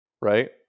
right